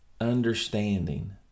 understanding